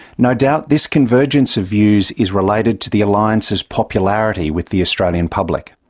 no doubt this convergence of views is related to the alliance's popularity with the australian public.